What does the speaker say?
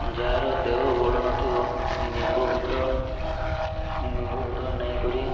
ଯାହାର ଦେହ ଭଲ ନଥିବ ନିମ୍ବ ପତ୍ର ନିମ୍ବପତ୍ର ନେଇକରି